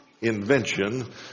invention